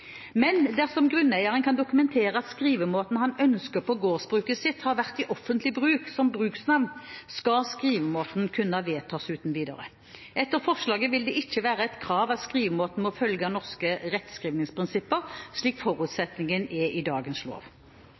Men dersom grunneieren kan dokumentere at skrivemåten han ønsker på gårdsbruket sitt, har vært i offentlig bruk som bruksnavn, skal skrivemåten kunne vedtas uten videre. Etter forslaget vil det ikke være et krav at skrivemåten må følge norske rettskrivningsprinsipper, slik forutsetningen er i dagens lov.